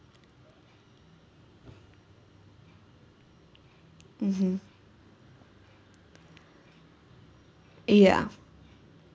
mmhmm ya